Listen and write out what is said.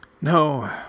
No